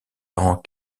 dans